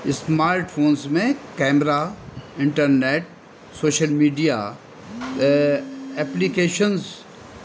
smart phones میں camera internet social media applications